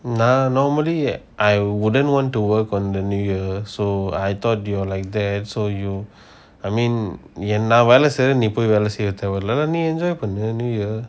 nah normally I wouldn't want to work on the new year so I thought you are like then so you I mean நான் வெல்ல சேரன் நீ பொய் வெல்ல செய்ய தேவ இல்ல நீ போ:naan vella seiran nee poi vella seiya theava illa nee po enjoy பண்ணு:pannu new year